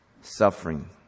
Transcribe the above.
suffering